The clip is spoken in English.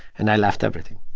and i left everything,